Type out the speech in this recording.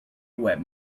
web